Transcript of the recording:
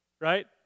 right